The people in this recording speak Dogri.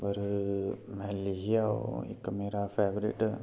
पर में लिखेआ ओह् इक मेरा फेवरट